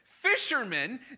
Fishermen